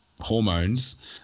hormones